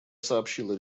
сообщила